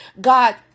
God